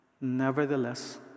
nevertheless